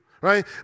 right